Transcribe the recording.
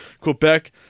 Quebec